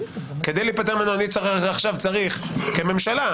אני צריך כממשלה,